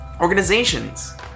organizations